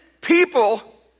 people